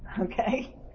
Okay